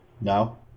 No